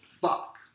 fuck